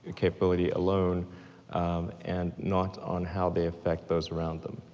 capability alone um and not on how they affect those around them,